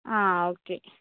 ആ ഓക്കെ